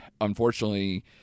unfortunately